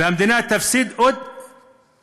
והמדינה תפסיד עוד